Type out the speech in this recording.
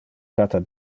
cata